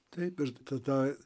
taip ir tada